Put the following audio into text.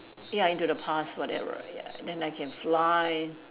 ya into the past whatever ya then I can fly